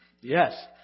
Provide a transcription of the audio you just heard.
Yes